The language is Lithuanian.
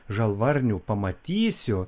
žalvarnių pamatysiu